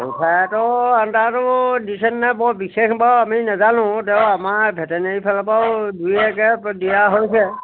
পঞ্চায়ত আন্দাৰটো দিছেনে নাই বৰ বিশেষ বাৰু আমি নেজানো তেওঁ আমাৰ ভেটেনেৰি ফালৰ পৰাও দুই একে দিয়া হৈছে